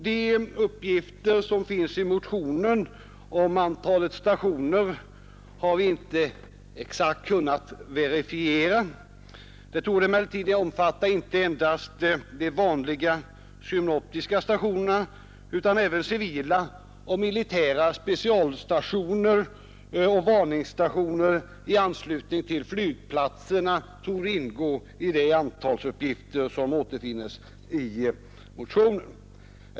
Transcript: Vi har inte exakt kunnat verifiera de uppgifter som finns i motionen om antalet stationer. Inte endast de vanliga synoptiska stationerna utan även civila och militära specialstationer och varningstationer i anslutning till flygplatser torde emellertid ingå i det i motionen uppgivna antalet stationer.